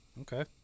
Okay